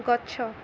ଗଛ